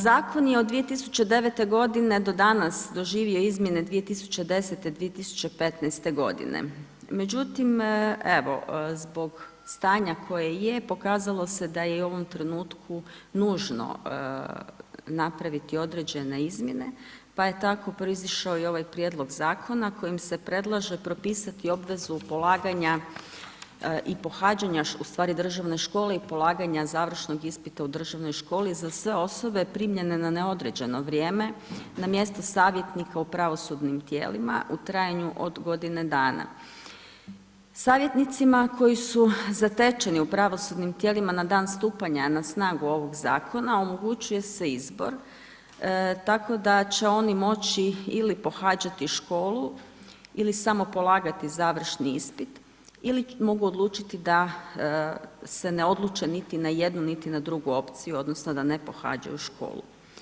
Zakon je od 2009.g. do danas doživio izmjene 2010.-2015. g. međutim, evo, zbog stanja koje je pokazalo se je da je u ovom trenutku nužno napraviti određene izmjene, pa je tako proizišao i ovaj prijedlog zakona, kojim se predlaže prepisati obvezu polaganja i pohađanja ustvari državne škole i polaganje završnog ispita u državnoj školi, za sve osobe primljene na neodređeno vrijeme, na mjesta savjetnika u pravosudnim tijelima, u trajanju od godine dana, savjetnicima, koji su zatečeni u pravosudnim tijelima, na dan stupanja na snagu ovoga zakona, omogućuje se izbor, tako da će oni moći ili pohađati školu ili samo polagati završni ispit, ili mogu odlučiti da se ne odluče niti na jednu, niti na drugu opciju, odnosno, da ne pohađaju školu.